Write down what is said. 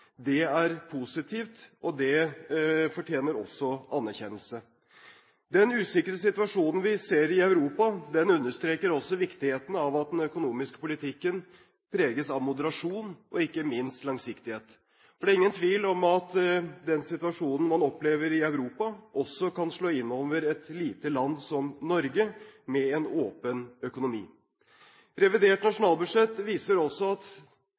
Det er positivt, og det fortjener også anerkjennelse. Den usikre situasjonen vi ser i Europa, understreker også viktigheten av at den økonomiske politikken preges av moderasjon og, ikke minst, langsiktighet. For det er ingen tvil om at den situasjonen man opplever i Europa, også kan slå innover et lite land som Norge, med en åpen økonomi. Revidert nasjonalbudsjett viser også at